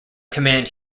command